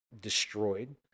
destroyed